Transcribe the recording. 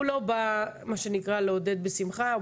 הוא לא בא לעודד בשמחה,